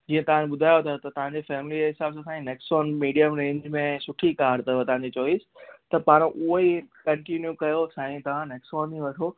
जीअं तव्हांखे ॿुधायो त तव्हांजे फ़ैमिलीअ जे हिसाब सां साईं नैक्सोन मीडियम रेंज में ऐं सुठी कार अथव तव्हांजी चॉईस त पाण हूअ ई कंटीन्यू कयो साईं तव्हां नैक्सोन ई वठो